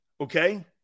Okay